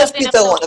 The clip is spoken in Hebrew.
יש פתרון,